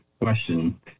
question